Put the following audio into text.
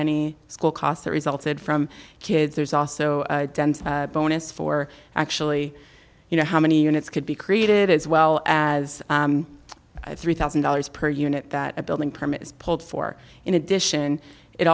any school costs that resulted from kids there's also a bonus for actually you know how many units could be created as well as three thousand dollars per unit that a building permit is pulled for in addition it